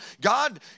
God